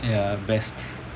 ya best